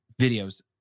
videos